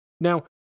Now